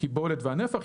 הקיבולת והנפח.